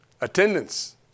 Attendance